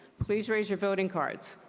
please raise your voting cards.